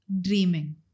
dreaming